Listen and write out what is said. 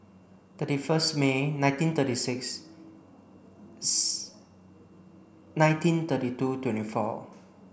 thirty first May nineteen thirty six nineteen thirty two twenty four